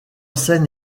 scène